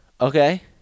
Okay